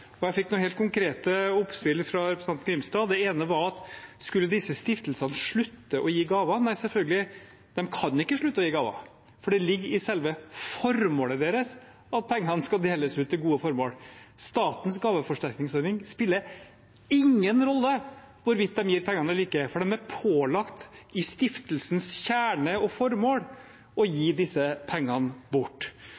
Jeg fikk noen helt konkrete oppspill fra representanten Grimstad. Det ene var om disse stiftelsene skulle slutte å gi gaver. Nei, selvfølgelig ikke. De kan ikke slutte å gi gaver, for det ligger i selve formålet deres at pengene skal deles ut til gode formål. Statens gaveforsterkningsordning spiller ingen rolle for hvorvidt de gir pengene eller ikke, for de er pålagt i stiftelsens kjerne og formål å gi